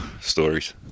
stories